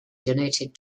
donated